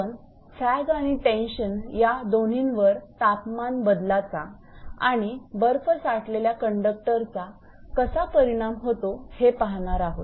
आपण सॅग आणि टेन्शन या दोन्हींवर तापमान बदलाचा आणि बर्फ साठलेल्या कंडक्टर चा कसा परिणाम होतो हे पाहणार आहोत